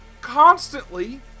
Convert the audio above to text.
constantly